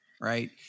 Right